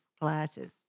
classes